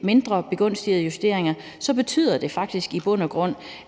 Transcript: mindre, begunstigende justeringer, faktisk i bund og grund